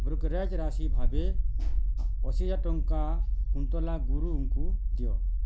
brokerage ରାଶି ଭାବେ ଅଶୀ ହଜାର ଟଙ୍କା କୁନ୍ତଲା ଗୁରୁଙ୍କୁ ଦିଅ